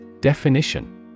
Definition